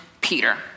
Peter